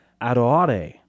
adore